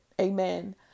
Amen